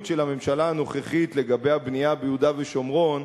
של הממשלה הנוכחית לגבי הבנייה ביהודה ושומרון,